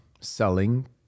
selling